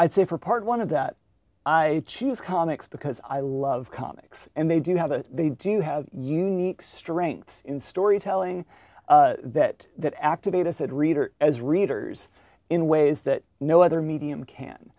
i'd say for part one of that i choose comics because i love comics and they do have a they do have unique strengths in storytelling that that activated reader as readers in ways that no other medium can